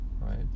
right